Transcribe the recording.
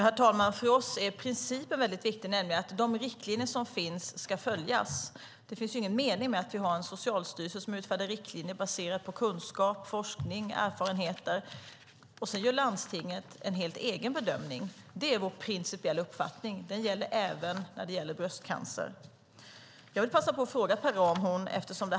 Herr talman! För oss är principen väldigt viktig. De riktlinjer som finns ska följas. Det finns ingen mening med att vi har en socialstyrelse som utfärdar riktlinjer baserat på kunskap, forskning och erfarenheter och sedan gör landstinget en helt egen bedömning. Det är vår principiella uppfattning. Den gäller även för bröstcancer. Detta är en debatt som är ganska bred och vid.